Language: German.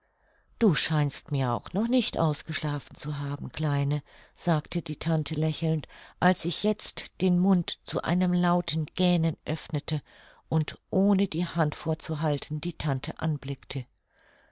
du scheinst mir auch noch nicht ausgeschlafen zu haben kleine sagte die tante lächelnd als ich jetzt den mund zu einem lauten gähnen öffnete und ohne die hand vorzuhalten die tante anblickte